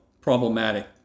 problematic